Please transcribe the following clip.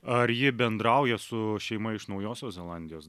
ar ji bendrauja su šeima iš naujosios zelandijos